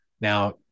Now